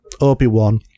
Obi-Wan